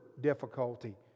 difficulty